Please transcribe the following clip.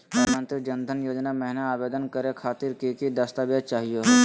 प्रधानमंत्री जन धन योजना महिना आवेदन करे खातीर कि कि दस्तावेज चाहीयो हो?